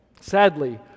Sadly